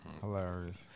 Hilarious